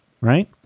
right